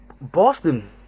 Boston